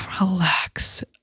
relax